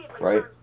right